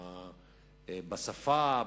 בשפה,